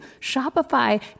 Shopify